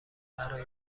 برای